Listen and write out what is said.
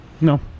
No